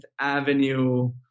Avenue